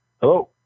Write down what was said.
Hello